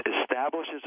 establishes